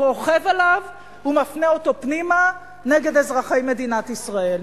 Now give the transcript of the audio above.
רוכב עליו ומפנה אותו פנימה נגד אזרחי מדינת ישראל.